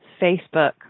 Facebook